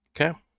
Okay